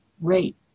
rate